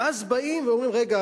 ואז באים ואומרים: רגע,